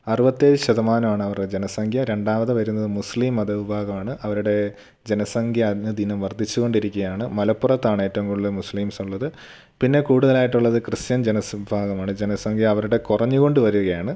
അറുപത്തേഴ് ശതമാനമാണ് അവരെ ജനസംഖ്യ രണ്ടാമത് വരുന്നത് മുസ്ലിം മതവിഭാഗമാണ് അവരുടെ ജനസംഖ്യ അനുദിനം വർദ്ധിച്ചു കൊണ്ടിരിക്കുകയാണ് മലപ്പുറത്താണ് ഏറ്റവും കൂടുതൽ മുസ്ലിംസ് ഉള്ളത് പിന്നെ കൂടുതലായിട്ടുള്ളത് ക്രിസ്ത്യൻ ജനസിം വിഭാഗമാണ് ജനസംഖ്യ അവരുടെ കുറഞ്ഞു കൊണ്ട് വരികയാണ്